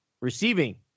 Receiving